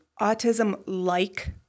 autism-like